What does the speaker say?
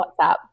WhatsApp